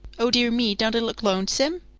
oh dear me, don't it look lonesome?